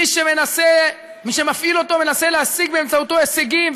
מי שמפעיל אותו מנסה להשיג באמצעותו הישגים,